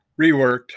Reworked